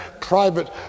private